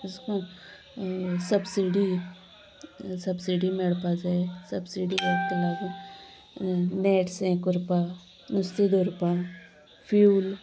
अशे करून subsidy subsidy मेळपाक जाय सब्सिडीक लागून नेट्स हें करपाक नुस्तें धरपाक फ्यूल